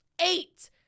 eight